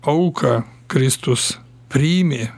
auką kristus priėmė